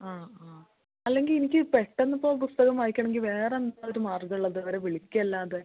ആ ആ അല്ലെങ്കിൽ എനിക്ക് പെട്ടെന്ന് ഇപ്പോൾ പുസ്തകം വായിക്കണമെങ്കിൽ വേറെ എന്താണ് ഒരു മാർഗമുള്ളത് ഇവരെ വിളിക്കുകയല്ലാതെ